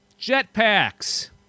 jetpacks